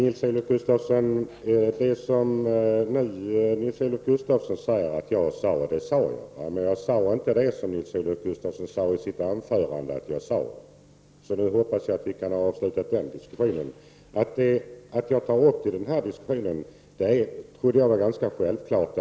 Herr talman! Det som Nils-Olof Gustafsson nu hävdade att jag hade sagt, det sade jag också. Däremot sade jag inte det som Nils-Olof Gustafsson i sitt första anförande påstod att jag skulle ha sagt. Därmed hoppas jag att den diskussionen är avslutad. Skälet till att jag tog upp detta i den här diskussionen trodde jag framstod som självklart.